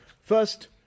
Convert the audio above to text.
First